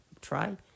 Try